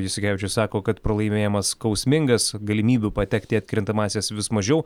jasikevičius sako kad pralaimėjimas skausmingas galimybių patekti į atkrintamąsias vis mažiau